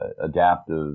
adaptive